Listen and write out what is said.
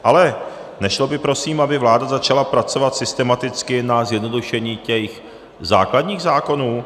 Ale nešlo by prosím, aby vláda začala pracovat systematicky na zjednodušení těch základních zákonů?